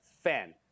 fan